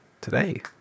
today